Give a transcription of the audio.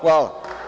Hvala.